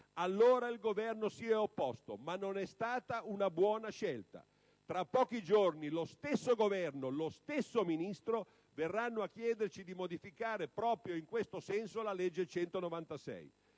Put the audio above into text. Allora, il Governo si era opposto, ma non è stata una buona scelta. Tra pochi giorni lo stesso Governo, lo stesso Ministro verranno a chiederci di modificare proprio in questo senso la legge n.